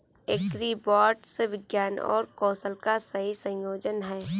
agribots विज्ञान और कौशल का सही संयोजन हैं